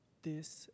this